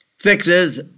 fixes